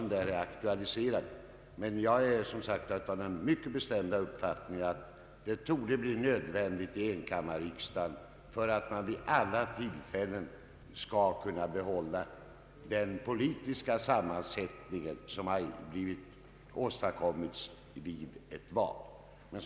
Jag är som sagt av den mycket bestämda uppfattningen att ett ersättarsystem torde bli nödvändigt i enkammarriksdagen för att man vid alla tillfällen skall kunna behålla den politiska sammansättning som har åstadkommits vid ett val.